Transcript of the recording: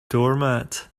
doormat